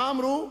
מה אמרו?